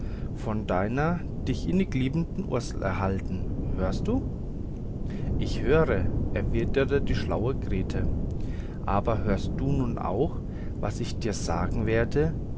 von deiner dich innigliebenden ursel erhalten hörst du ich höre erwiderte die schlaue grete aber höre du nun auch was ich dir sagen werde